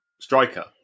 striker